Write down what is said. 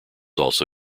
also